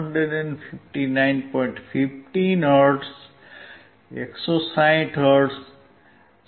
15 hertz 160 hertz છે